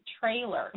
trailer